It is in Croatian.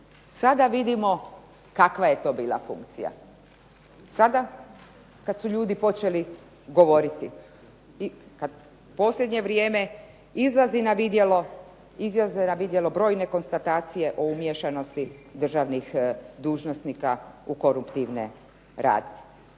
SADa vidimo kakva je to bila funkcija, sada kada su ljudi počeli govoriti i kada posljednje vrijeme izlaze na vidjelo brojne konstatacije o umiješanosti državnih dužnosnika u koruptivne radnje.